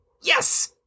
Yes